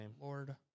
Lord